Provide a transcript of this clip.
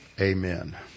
amen